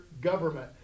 government